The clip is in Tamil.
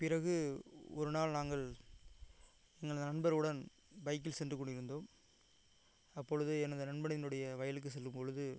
பிறகு ஒரு நாள் நாங்கள் எனது நண்பருடன் பைக்கில் சென்றுக் கொண்டிருந்தோம் அப்பொழுது எனது நண்பனினுடைய வயலுக்கு செல்லும்பொழுது